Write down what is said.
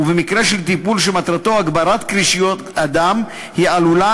ובמקרה של טיפול שמטרתו הגברת קרישת הדם היא עלולה